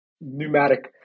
pneumatic